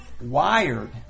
wired